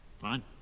Fine